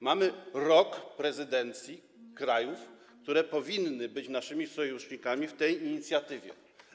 Mamy rok prezydencji krajów, które powinny być naszymi sojusznikami w tej inicjatywie.